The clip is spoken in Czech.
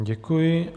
Děkuji.